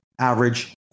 average